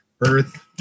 Earth